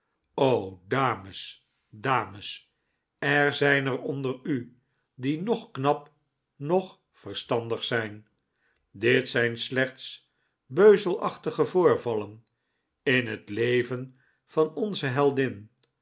o dames dames er zijn er onder u die noch knap noch verstandig zijn dit zijn slechts beuzelachtige voorvallen in het leven van onze heldin